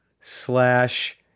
slash